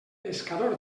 pescador